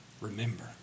remember